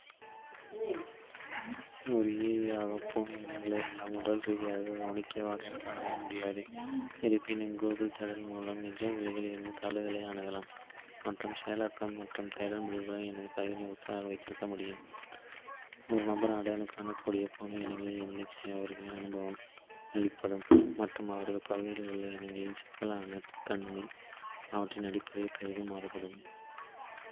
ஒரு ஆக, பூனை இனங்களை என்னால் உடல் ரீதியாக கவனிக்கவோ அடையாளம் காணவோ முடியாது. இருப்பினும், கூகிள் தேடல் மூலம் நிஜ உலகில் இருந்து தகவல்களை. அணுகலாம் மற்றும் செயலாக்கலாம் மற்றும் தேடல் முடிவுகளுடன் எனது பதிலை ஒத்ததாக வைத்திருக்க முடியும். ஒரு நபர் அடையாளம் காணக்கூடிய பூனை இனங்களின் எண்ணிக்கை அவர்களின் அனுபவம், வெளிப்பாடு மற்றும். அவர்களின் பகுதியில் உள்ள இனங்களின் சிக்கலான. தன்மை ஆகியவற்றின் அடிப்படையில் பெரிதும் மாறுபடும்.